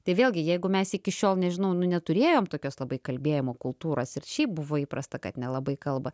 tai vėlgi jeigu mes iki šiol nežinau nu neturėjom tokios labai kalbėjimo kultūros ir šiaip buvo įprasta kad nelabai kalba